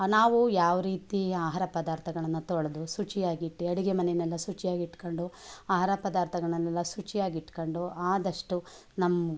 ನಾವು ಯಾವ ರೀತಿ ಆಹಾರ ಪದಾರ್ಥಗಳನ್ನು ತೊಳೆದು ಶುಚಿಯಾಗಿಟ್ಟು ಅಡುಗೆ ಮನೆಯನ್ನೆಲ್ಲ ಶುಚಿಯಾಗಿಟ್ಕಂಡು ಆಹಾರ ಪದಾರ್ಥಗಳನ್ನೆಲ್ಲ ಶುಚಿಯಾಗಿಟ್ಕಂಡು ಆದಷ್ಟು ನಮ್ಮ